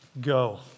go